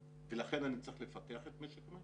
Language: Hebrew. ולכן אני צריך לפתח את משק המים